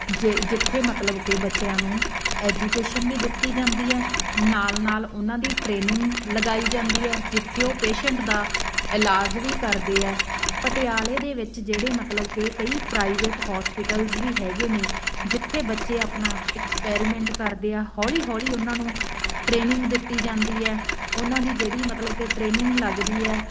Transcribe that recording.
ਜੇ ਜਿੱਥੇ ਮਤਲਬ ਕਿ ਬੱਚਿਆਂ ਨੂੰ ਐਜੂਕੇਸ਼ਨ ਵੀ ਦਿੱਤੀ ਜਾਂਦੀ ਹੈ ਨਾਲ ਨਾਲ ਉਹਨਾਂ ਦੀ ਟ੍ਰੇਨਿੰਗ ਲਗਾਈ ਜਾਂਦੀ ਹੈ ਜਿੱਥੇ ਉਹ ਪੇਸ਼ੈਂਟ ਦਾ ਇਲਾਜ ਵੀ ਕਰਦੇ ਹੈ ਪਟਿਆਲੇ ਦੇ ਵਿੱਚ ਜਿਹੜੇ ਮਤਲਬ ਕਿ ਕਈ ਪ੍ਰਾਈਵੇਟ ਹੋਸਪਿਟਲਜ਼ ਵੀ ਹੈਗੇ ਨੇ ਜਿੱਥੇ ਬੱਚੇ ਆਪਣਾ ਐਕਸਪੈਰੀਮੈਂਟ ਕਰਦੇ ਆ ਹੌਲੀ ਹੌਲੀ ਉਹਨਾਂ ਨੂੰ ਟ੍ਰੇਨਿੰਗ ਦਿੱਤੀ ਜਾਂਦੀ ਹੈ ਉਹਨਾਂ ਦੀ ਜਿਹੜੀ ਮਤਲਬ ਕਿ ਟ੍ਰੇਨਿੰਗ ਲੱਗਦੀ ਹੈ